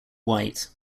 white